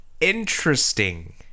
interesting